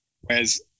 Whereas